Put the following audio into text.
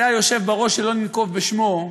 זה היושב בראש שלא ננקוב בשמו,